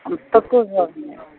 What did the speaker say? తక్కువ చూడండి